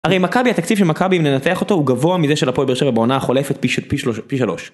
הרי מכבי, התקציב של מכבי, אם ננתח אותו, הוא גבוה מזה של הפועל באר שבע בעונה החולפת פי שלוש